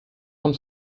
von